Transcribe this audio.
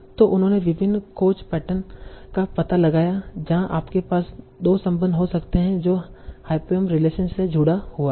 तो उन्होंने विभिन्न खोज पैटर्न का पता लगाया जहां आपके पास 2 संबंध हो सकते हैं जो हायपोंयम रिलेशन से जुड़ा हुआ है